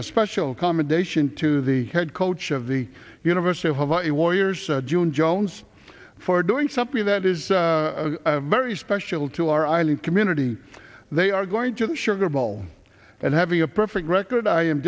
y special commendation to the head coach of the university of illinois years june jones for doing something that is very special to our island community they are going to the sugar bowl and having a perfect record i am